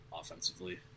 offensively